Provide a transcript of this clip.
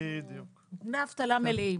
דמי אבטלה מלאים.